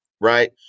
right